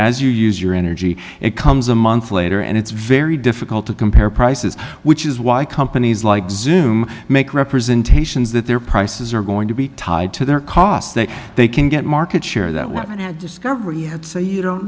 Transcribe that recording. as you use your energy it comes a month later and it's very difficult to compare prices which is why companies like zoom make representations that their prices are going to be tied to their cost that they can get market share that we haven't had discovered yet say you